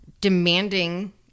demanding